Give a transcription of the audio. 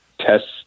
tests